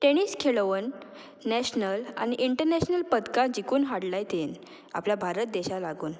tennis खेळोवन national आनी international पदकां जिकून हाडलाय तिणे आपल्या भारत देशा लागून